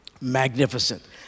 magnificent